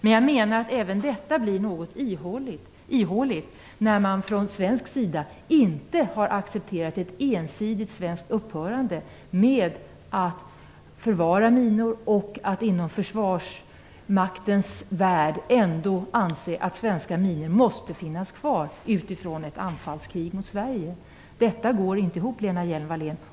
Men jag menar att även detta blir något ihåligt när man från svensk sida inte har accepterat ett ensidigt svenskt upphörande med att förvara minor och att inom försvarsmaktens värld ändå anse att svenska minor måste finnas kvar utifrån risken för ett anfallskrig mot Sverige. Detta går inte ihop, Lena Hjelm-Wallén.